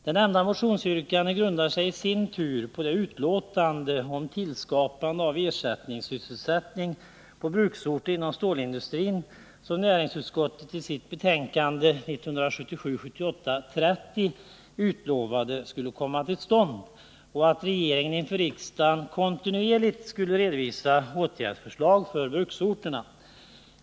Det nämnda motionsyrkandet grundar sig i sin tur på det utlåtande om tillskapande av ersättningssysselsättning på bruksorter inom stålindustrin som näringsutskottet i sitt betänkande 1977/78:30 utlovade. Vidare skulle regeringen inför riksdagen kontinuerligt redovisa åtgärdsförslag för bruksorterna.